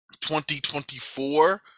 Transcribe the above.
2024